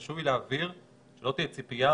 חשוב לי להבהיר שלא תהיה ציפייה,